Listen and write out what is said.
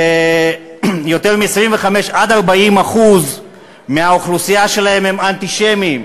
25% 40% מהאוכלוסייה שלהן הם אנטישמיים.